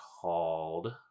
called